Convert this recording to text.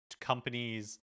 companies